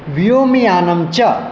व्योमयानं च